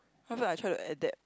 cause I try to adapt